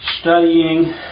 studying